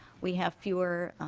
we have fewer